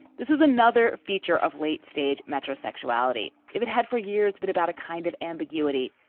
this was another feature of late stage metro sexuality. if it had for years been about a kind of ambiguity.